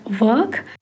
work